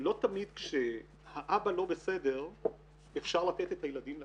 לא תמיד כשהאבא לא בסדר אפשר לתת את הילדים לאימא.